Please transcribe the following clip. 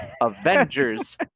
avengers